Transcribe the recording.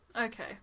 Okay